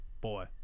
boy